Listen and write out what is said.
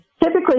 Typically